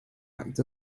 act